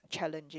challenging